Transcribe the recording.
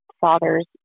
father's